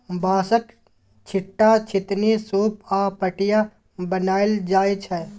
बाँसक, छीट्टा, छितनी, सुप आ पटिया बनाएल जाइ छै